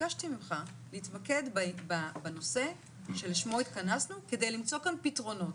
ביקשתי ממך להתמקד בנושא שלשמו התכנסנו כדי למצוא כאן פתרונות,